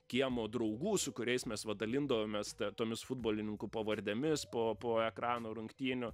kiemo draugų su kuriais mes va dalindavomės tomis futbolininkų pavardėmis po po ekrano rungtynių